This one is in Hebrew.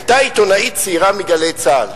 היתה שם עיתונאית צעירה מ"גלי צה"ל",